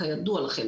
כידוע לכם,